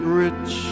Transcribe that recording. rich